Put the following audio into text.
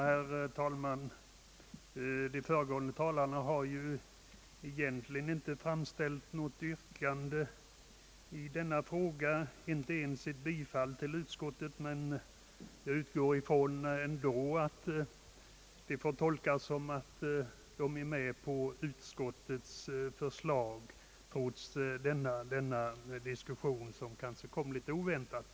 Herr talman! De föregående talarna har inte framställt något yrkande på denna punkt, inte ens om bifall till utskottets hemställan, men jag utgår ändå från att de går på utskottets linje trots denna diskussion som kanske kommer något oväntat.